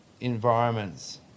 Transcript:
environments –